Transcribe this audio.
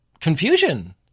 confusion